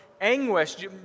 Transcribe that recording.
anguish